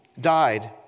died